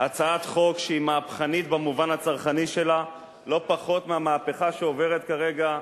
הצעת חוק שהיא מהפכנית במובן הצרכני שלה לא פחות מהמהפכה שעוברת כרגע,